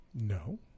No